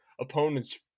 opponents